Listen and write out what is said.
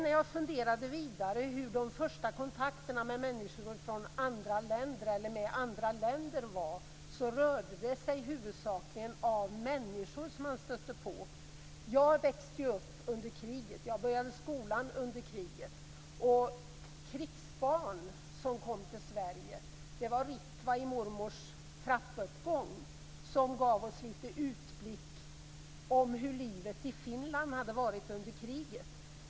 Jag funderade vidare hur de första kontakterna med människor från andra länder eller med andra länder var. Det rörde sig huvudsakligen om människor man stötte på. Jag växte upp under kriget. Jag började skolan under kriget. Krigsbarn som kom till Sverige var Ritva i mormors trappuppgång som gav oss lite utblick och kunskap om hur det varit i Finland under kriget.